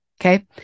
okay